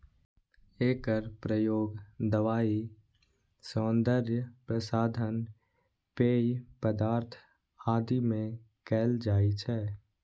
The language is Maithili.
एकर प्रयोग दवाइ, सौंदर्य प्रसाधन, पेय पदार्थ आदि मे कैल जाइ छै